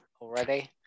already